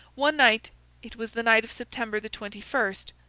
one night it was the night of september the twenty-first,